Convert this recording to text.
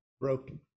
broken